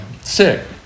Sick